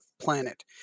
planet